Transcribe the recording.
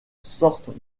sortent